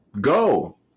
go